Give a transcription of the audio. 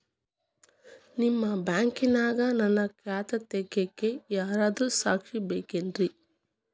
ನಿಮ್ಮ ಬ್ಯಾಂಕಿನ್ಯಾಗ ನನ್ನ ಖಾತೆ ತೆಗೆಯಾಕ್ ಯಾರಾದ್ರೂ ಸಾಕ್ಷಿ ಬೇಕೇನ್ರಿ?